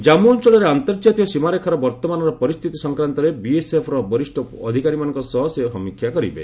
ଜାନ୍ମୁ ଅଞ୍ଚଳରେ ଅନ୍ତର୍କାତୀୟ ସୀମାରେଖାରେ ବର୍ତ୍ତମାନର ପରିସ୍ଥିତି ସଂକ୍ରାନ୍ତରେ ବିଏସ୍ଏଫ୍ର ବରିଷ୍ଠ ଅଧିକାରୀମାନଙ୍କ ସହ ସେ ସମୀକ୍ଷା କରିବେ